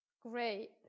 Great